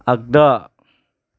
आग्दा